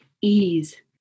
ease